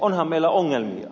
onhan meillä ongelmia